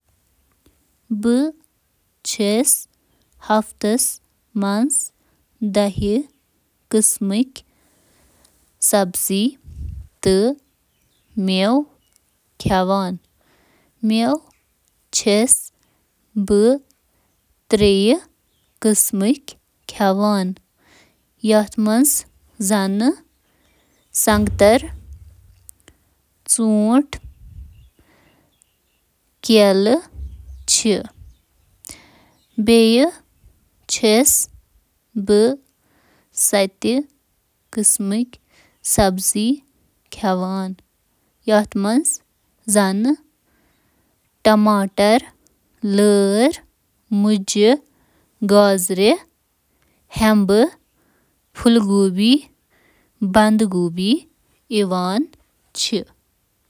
بہٕ چُھس پرٛٮ۪تھ دۄہ مُختٔلِف قٕسمٕک مٮ۪وٕ تہٕ سبزی ہٕنٛدۍ کم از کم پانژھ, حصہٕ۔ بۄنہٕ کنہِ دِنہٕ آمتین مٮ۪وَن تہٕ سبزین ہُنٛد فہرست۔ مثلاً آلو، گنڈٕ، ٹماٹر، پالک، گوبھی، بینگن ,بینگن ، بھنڈی ,لیڈی اونٛگج ، مٹر، بوتل تہٕ کریلہٕ۔ تہٕ مٮ۪وٕ سیب، کیلہٕ، سنگترٕ، سٹرابیری، بلیو بیری، انگور تہٕ تربوز۔